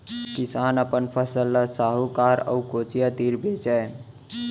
किसान अपन फसल ल साहूकार अउ कोचिया तीर बेचय